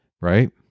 right